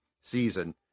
season